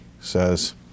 says